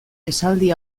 esaldi